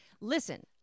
listen